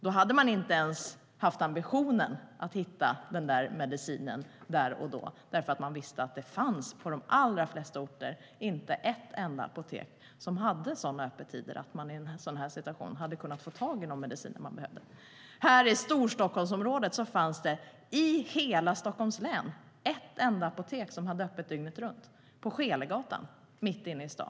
Då hade man inte ens haft ambitionen att hitta den där medicinen där och då, eftersom man visste att det på de allra flesta orter inte fanns ett enda apotek som hade sådana öppettider att man i en sådan situation hade kunnat få tag i någon medicin när man behövde. Här i Storstockholmsområdet fanns det i hela Stockholms län ett enda apotek som hade öppet dygnet runt, på Scheelegatan mitt inne i stan.